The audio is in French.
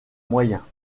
moyens